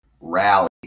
rally